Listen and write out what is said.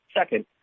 Second